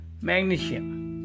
magnesium